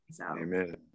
Amen